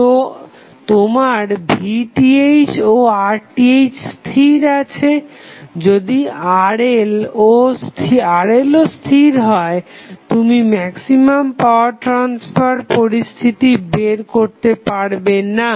তো তোমার VTh ও RTh স্থির আছে যদি RL ও স্থির হয় তুমি ম্যাক্সিমাম পাওয়ার ট্রাসফার পরিস্থিতি বের করতে পারবে না